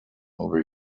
over